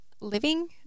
living